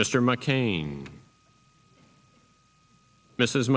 mr mccain mrs